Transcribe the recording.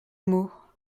mot